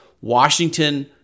Washington